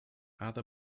other